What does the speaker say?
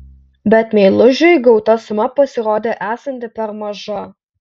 bet meilužiui gauta suma pasirodė esanti per maža